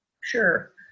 Sure